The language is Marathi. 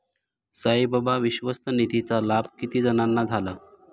साईबाबा विश्वस्त निधीचा लाभ किती जणांना झाला?